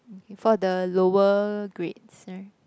okay for the lower grades right